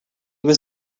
was